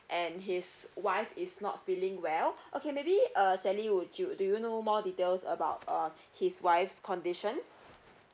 and his wife is not feeling well okay maybe uh sally would you do you know more details about uh his wife's condition